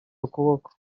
ukuboko